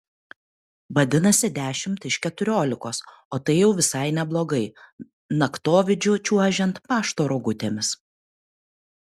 vadinasi dešimt iš keturiolikos o tai jau visai neblogai naktovidžiu čiuožiant pašto rogutėmis